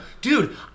Dude